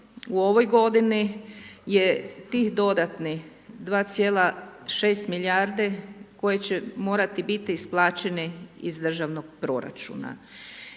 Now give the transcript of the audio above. u ovoj godini je tih dodatnih 2,6 milijarde koje će morati biti isplaćene iz Državnog proračuna.